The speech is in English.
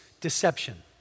deception